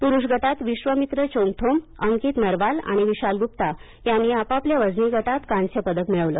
पुरुष गटात विश्वमित्र चोंगथोम अंकित नरवाल आणि विशाल गुप्ता यांनी आपापल्या वजनी गटात कांस्य पदक मिळविले